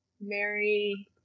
Mary